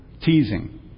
Teasing